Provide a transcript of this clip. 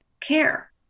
care